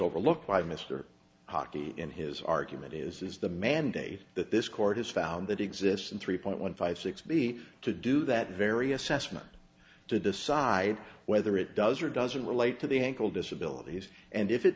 overlooked by mr hockey in his argument is the mandate that this court has found that exists in three point one five six b to do that very assessment to decide whether it does or doesn't relate to the ankle disabilities and if it